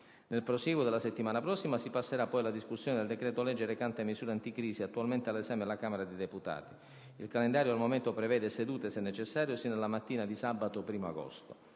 Nel prosieguo della settimana prossima si passera poi alla discussione del decreto-legge recante misure anticrisi, attualmente all’esame della Camera dei deputati. Il calendario al momento prevede sedute, se necessario, fino alla mattina di sabato 1º agosto.